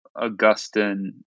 Augustine